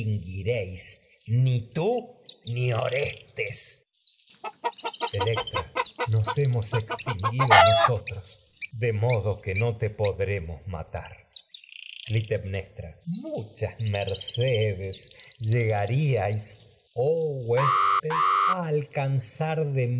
electra nos hemos extinguiréis ni tú ni extinguido nosotros de modo que no te podremos matar mercedes clitemnestra muchas llegarías cesar a oh en huésped su a alcanzar de